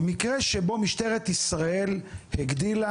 במקרה שבו משטרת ישראל הגדילה,